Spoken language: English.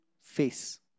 face